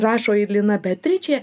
rašo ir lina beatričė